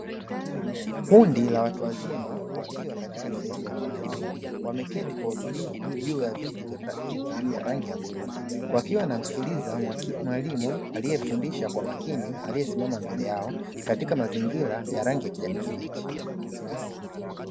Kundi la watu wazima wakiwa katika sehemu ya wazi, wameketi kwa utulivu juu ya viti vya plastiki vya rangi ya buluu wakiwa na msikiliza mwalimu aliyefundisha kwa makini aliyesimama mbele yao, katika mazingira ya rangi ya kijani kibichi.